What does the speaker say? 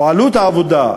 או עלות העבודה,